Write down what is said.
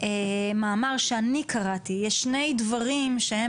מאמר שאני קראתי, יש שני דברים שהם